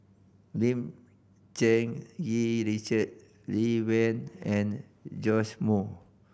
Lim Cherng Yih Richard Lee Wen and Joash Moo